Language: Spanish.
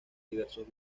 diversos